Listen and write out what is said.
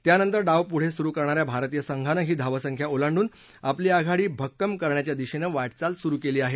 त्यानंतर डाव पुढे सुरू करणाऱ्या भारतीय संघानं ही धावसंख्या ओलांडून आपली आघाडी भक्कम करण्याच्या दिशेनं वाटचाल सुरू केली आहे